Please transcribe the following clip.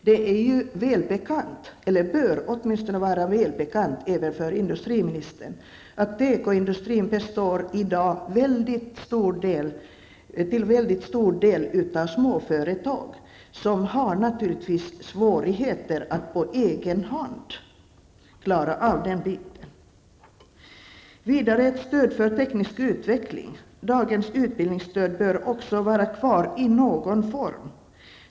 Det är ju välbekant, eller bör åtminstone vara det, även för industriministern att tekoindustrin i dag till mycket stor del består av småföretag som naturligtvis har svårigheter att på egen hand klara av detta. Beträffande stöd för teknisk utveckling bör dagens utbildningsstöd vara kvar i någon form.